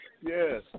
Yes